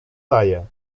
daję